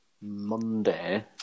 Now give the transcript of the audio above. monday